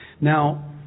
Now